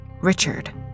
Richard